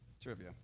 Trivia